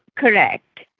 correct.